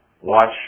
watch